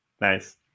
Nice